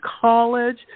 college